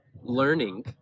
learning